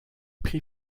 prix